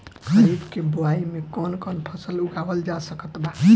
खरीब के बोआई मे कौन कौन फसल उगावाल जा सकत बा?